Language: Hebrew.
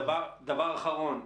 דבר אחרון.